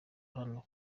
hano